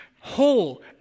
whole